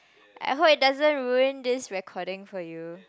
I hope it doesn't ruin this recording for you